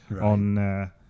on